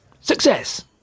Success